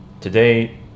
today